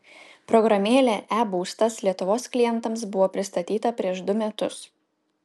programėlė e būstas lietuvos klientams buvo pristatyta prieš du metus